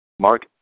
Mark